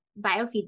biofeedback